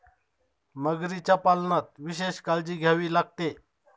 मगरीच्या पालनात विशेष काळजी घ्यावी लागते